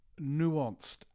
nuanced